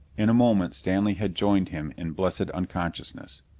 in a moment stanley had joined him in blessed unconsciousness.